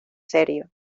serio